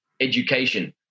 education